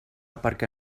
perquè